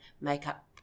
makeup